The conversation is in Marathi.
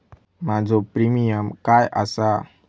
माझो प्रीमियम काय आसा?